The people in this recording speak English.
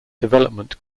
development